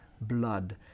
blood